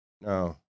No